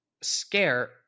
scare